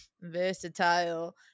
versatile